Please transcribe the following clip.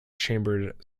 chambered